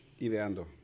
Ideando